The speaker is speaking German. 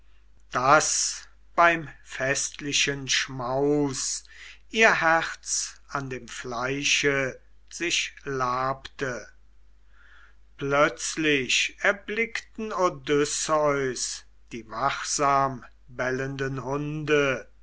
daß beim festlichen schmaus ihr herz an dem fleische sich labte plötzlich erblickten odysseus die wachsambellenden hunde